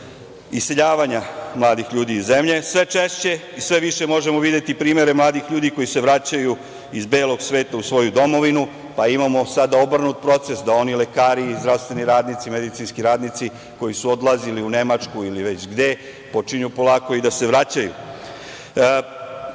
iseljavanja mladih ljudi iz zemlje. Sve češće i sve više možemo videti primere mladih ljudi koji se vraćaju iz belog sveta u svoju domovinu. Sada imamo obrnut proces da oni lekari, zdravstveni radnici, medicinski radnici koji su odlazili u Nemačku, ili već gde, počinju polako da se vraćaju. Kada